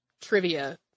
trivia